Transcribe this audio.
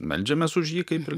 meldžiamės už jį kaip ir